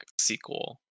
sequel